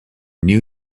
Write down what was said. new